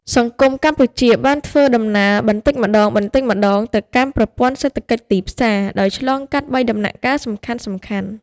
សង្គមកម្ពុជាបានធ្វើដំណើរបន្តិចម្តងៗទៅកាន់ប្រព័ន្ធសេដ្ឋកិច្ចទីផ្សារ ដោយឆ្លងកាត់បីដំណាក់កាលសំខាន់ៗ។